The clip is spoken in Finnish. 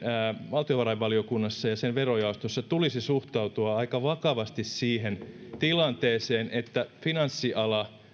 valtiovarainvaliokunnassa ja sen verojaostossa tulisi suhtautua aika vakavasti siihen tilanteeseen että finanssiala